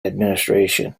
administration